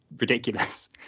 ridiculous